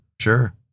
Sure